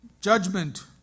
judgment